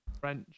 French